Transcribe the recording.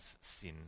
sin